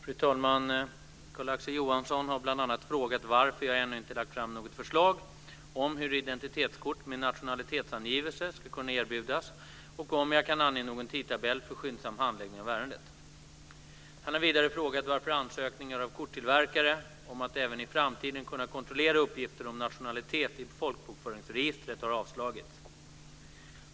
Fru talman! Carl-Axel Johansson har bl.a. frågat varför jag ännu inte lagt fram något förslag om hur identitetskort med nationalitetsangivelse ska kunna erbjudas och om jag kan ange någon tidtabell för skyndsam handläggning av ärendet. Han har vidare frågat varför ansökningar av korttillverkare om att även i framtiden kunna kontrollera uppgifter om nationalitet i folkbokföringsregistret har avslagits.